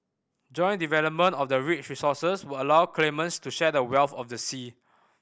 joint development of the rich resources would allow claimants to share the wealth of the sea